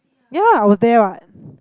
ya I was there what